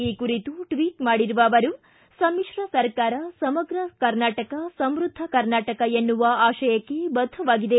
ಈ ಕುರಿತು ಟ್ವಿಟ್ ಮಾಡಿದ ಅವರು ಸಮಿಶ್ರ ಸರ್ಕಾರ ಸಮಗ್ರ ಕರ್ನಾಟಕ ಸಮೃದ್ಧ ಕರ್ನಾಟಕ ಎನ್ನುವ ಆಶಯಕ್ಕೆ ಬದ್ದವಾಗಿದೆ